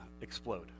explode